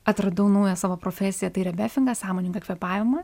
atradau naują savo profesiją tai yra befingą sąmoningą kvėpavimą